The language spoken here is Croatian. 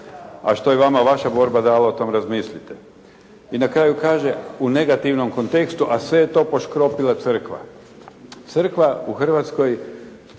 A što je vama vaša borba dala, o tome razmislite. I na kraju kaže u negativnom kontekstu, a sve je to poškropila crkva. Crkva u Hrvatskoj